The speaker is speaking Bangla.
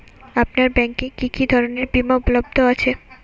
আপনার ব্যাঙ্ক এ কি কি ধরনের বিমা উপলব্ধ আছে?